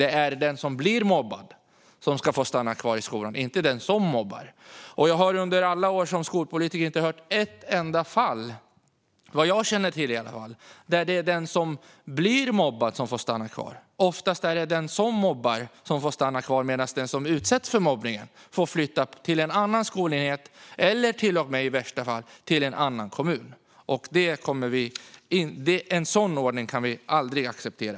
Det är den som blir mobbad som ska få stanna kvar i skolan, inte den som mobbar. Jag har under alla mina år som skolpolitiker inte hört om ett enda fall där den som blir mobbad får stanna kvar. Oftast är det den som mobbar som får stanna kvar, medan den som utsätts för mobbningen får flytta till en annan skolenhet eller i värsta fall till och med till en annan kommun. En sådan ordning kan vi aldrig acceptera.